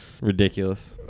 Ridiculous